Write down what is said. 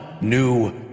new